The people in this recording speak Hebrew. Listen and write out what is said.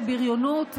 לבריונות,